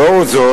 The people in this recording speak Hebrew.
לנוכח זאת,